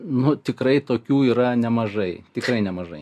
nu tikrai tokių yra nemažai tikrai nemažai